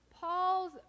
Paul's